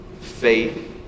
faith